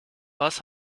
was